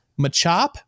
Machop